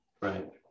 Right